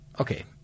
Okay